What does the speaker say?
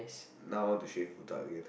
now to shave botak again